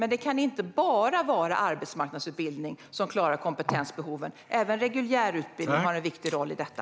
Men det kan inte bara vara arbetsmarknadsutbildning som klarar kompetensbehoven. Även reguljär utbildning har en viktig roll i detta.